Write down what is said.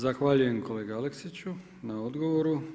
Zahvaljujem kolegi Aleksiću na odgovoru.